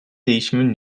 değişimin